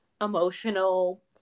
emotional